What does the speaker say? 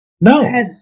No